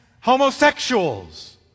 homosexuals